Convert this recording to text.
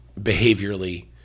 behaviorally